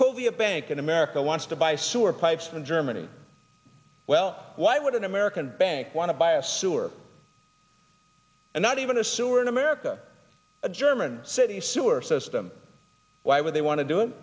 could be a bank in america wants to buy sewer pipes in germany well why would an american bank want to buy a sewer and not even a sewer in america a german city sewer system why would they want to do it